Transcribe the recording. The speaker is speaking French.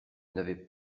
n’avais